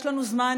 יש לנו זמן,